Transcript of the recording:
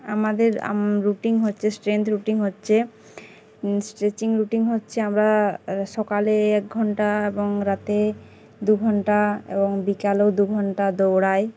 আমাদের রুটিন হচ্ছে strength routine হচ্ছে স্ট্রেচিং রুটিন হচ্ছে আমরা সকালে এক ঘন্টা এবং রাতে দু ঘন্টা এবং বিকালেও দু ঘন্টা দৌড়াই